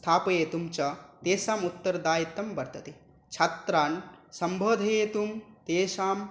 स्थापयितुं च तेषाम् उत्तरदायित्तं वर्तते छात्रान् सम्बोधयितु तेषां